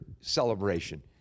celebration